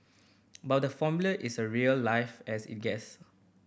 but the Formula is a real life as it gets